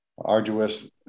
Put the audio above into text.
arduous